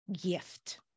gift